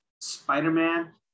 Spider-Man